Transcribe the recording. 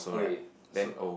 okay so